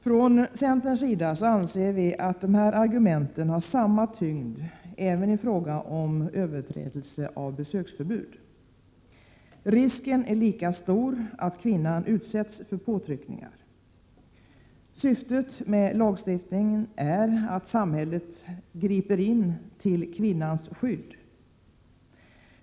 Från centerns sida anser vi att dessa argument har samma tyngd även i fråga om överträdelse av besöksförbud. Risken är lika stor att kvinnan utsätts för påtryckningar. Syftet med lagstiftningen är att samhället griper in till kvinnans skydd.